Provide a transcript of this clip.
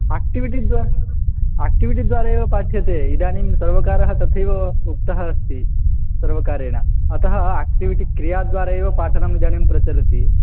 activity द्वा activity द्वारैव पठ्यते इदानीं सर्वकारः तथैव उक्तः अस्ति सर्वकारेण अतः आक्टिविटि क्रियाद्वारैव पाठनम् इदानीं प्रचलति